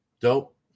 Dope